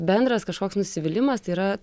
bendras kažkoks nusivylimas tai yra